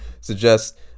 suggest